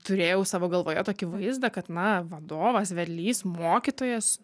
turėjau savo galvoje tokį vaizdą kad na vadovas vedlys mokytojas